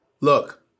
Look